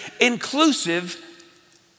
inclusive